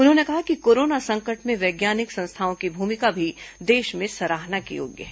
उन्होंने कहा कि कोरोना संकट में वैज्ञानिक संस्थाओं की भूमिका की देष ने सराहना की है